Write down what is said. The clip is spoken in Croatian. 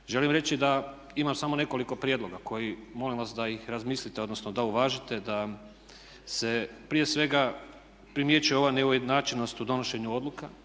Želim reći da imam samo nekoliko prijedloga koji molim vas da ih razmislite, odnosno da uvažite, da se prije svega primjećuje ova neujednačenost u donošenju odluka